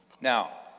Now